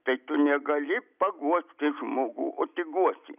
tai tu negali paguosti žmogų o tik guosti